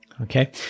Okay